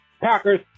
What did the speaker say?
Packers